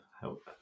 help